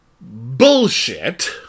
bullshit